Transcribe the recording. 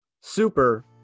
Super